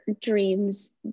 dreams